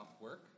work